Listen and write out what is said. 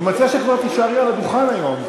מציע שכבר תישארי על הדוכן היום.